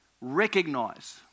recognize